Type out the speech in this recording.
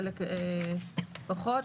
חלק פחות.